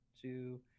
two